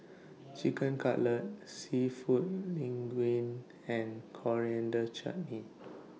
Chicken Cutlet Seafood Linguine and Coriander Chutney